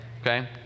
Okay